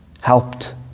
helped